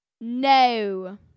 No